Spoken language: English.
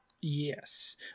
Yes